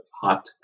hot